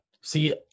See